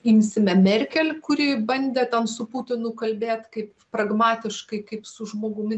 imsime merkel kuri bandė ten su putinu kalbėt kai pragmatiškai kaip su žmogumi